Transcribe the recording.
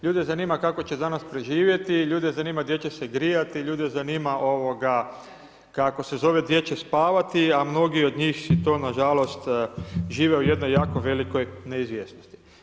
Ljude zanima kako će danas preživjeti, ljude zanima, gdje će se grijati, ljude zanima, kako se zove gdje će spavati a mnogi od njih si to nažalost, žive u jednoj jako velikoj neizvjesnosti.